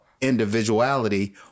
individuality